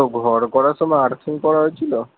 তো ঘর করার সময় আর্থিং করা হয়েছিল